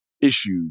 issues